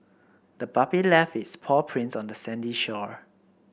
the puppy left its paw prints on the sandy shore